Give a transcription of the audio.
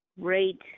Great